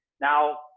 Now